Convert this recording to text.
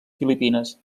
filipines